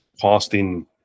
costing